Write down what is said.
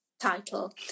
title